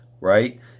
Right